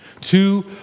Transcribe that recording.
Two